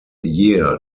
year